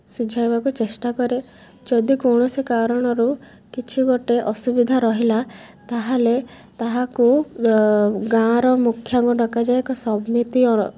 ସୁଝାଇବାକୁ ଚେଷ୍ଟା କରେ ଯଦି କୌଣସି କାରଣରୁ କିଛି ଗୋଟେ ଅସୁବିଧା ରହିଲା ତା'ହେଲେ ତାହାକୁ ଗାଁର ମୁଖିଆଙ୍କୁ ଡକାଯାଏ ଏକ ସମିତି